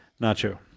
Nacho